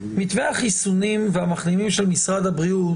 מתווה החיסונים והמחלימים של משרד הבריאות